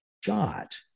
shot